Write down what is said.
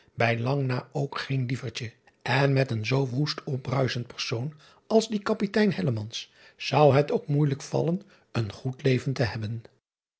bijlang na ook geen lievertje en met een zoo woest opbruischend persoon als die apitein zou het ook moeijelijk vallen een goed leven te hebben